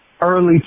early